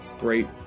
great